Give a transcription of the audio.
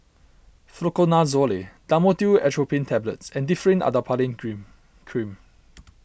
Fluconazole Dhamotil Atropine Tablets and Differin Adapalene Cream